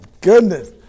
goodness